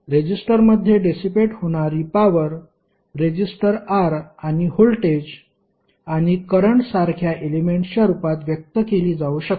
रेजिस्टरमध्ये डेसीपेट होणारी power resistor R आणि व्होल्टेज आणि करंट सारख्या एलेमेंट्सच्या रूपात व्यक्त केली जाऊ शकते